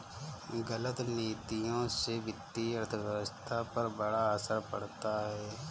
गलत नीतियों से वित्तीय अर्थव्यवस्था पर बड़ा असर पड़ता है